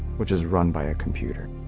which is run by a computer.